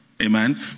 amen